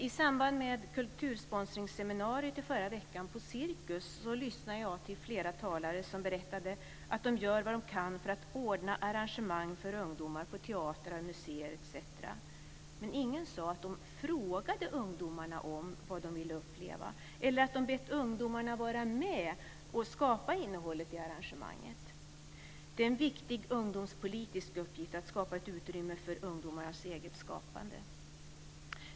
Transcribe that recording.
I samband med kultursponsringsseminariet i förra veckan på Cirkus lyssnade jag till flera talare som berättade att de gör vad de kan för att ordna arrangemang för ungdomar på teatrar, museer, etc. Ingen av dem sa att de frågade ungdomarna om vad de vill uppleva eller att de bett ungdomarna var med och skapa innehållet i arrangemanget. Det är en viktig ungdomspolitisk uppgift att skapa ett utrymme för ungdomars eget skapande.